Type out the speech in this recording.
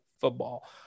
football